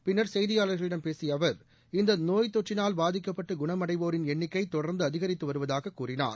பின்னர் செய்தியாளர்களிடம் பேசிய அவர் இந்த நோய் தொற்றினால் பாதிக்கப்பட்டு குண்மடைவோரின் எண்ணிக்கை தொடர்ந்து அதிகரித்து வருவதாகக் கூறினார்